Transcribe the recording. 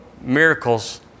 miracles